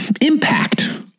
impact